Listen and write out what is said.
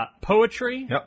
Poetry